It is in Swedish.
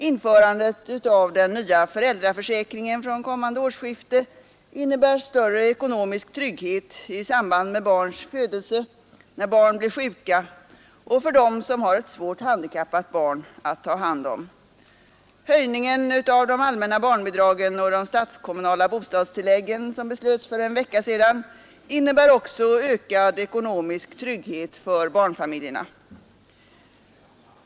Införandet av den nya föräldraförsäkringen från kommande årsskifte innebär större ekonomisk trygghet i samband med barns födelse, när barn blir sjuka och för dem som har ett svårt handikappat barn att ta hand om. Höjningen av de allmänna barnbidragen och de statskommunala bostadstilläggen som beslöts för en vecka sedan innebär också ökad ekonomisk trygghet för barnfamiljerna.